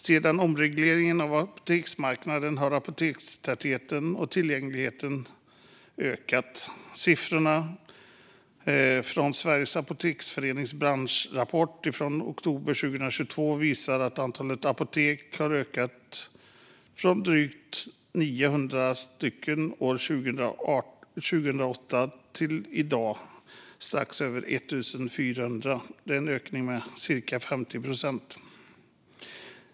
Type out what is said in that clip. Sedan omregleringen av apoteksmarknaden har apotekstätheten och tillgängligheten ökat. Siffrorna i Sveriges Apoteksförenings branschrapport från oktober 2022 visar att antalet apotek har ökat från drygt 900 år 2008 till strax över 1 400 i dag. Det är en ökning med cirka 50 procent.